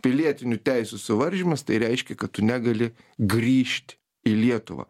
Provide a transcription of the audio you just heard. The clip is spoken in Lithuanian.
pilietinių teisių suvaržymas tai reiškia kad tu negali grįžt į lietuvą